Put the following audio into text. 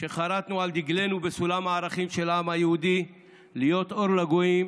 שחרתנו על דגלנו בסולם הערכים של העם היהודי להיות אור לגויים,